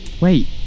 wait